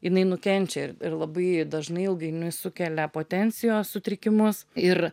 jinai nukenčia ir ir labai dažnai ilgainiui sukelia potencijos sutrikimus ir